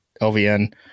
LVN